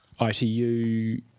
ITU